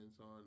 on